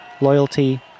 Loyalty